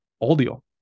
audio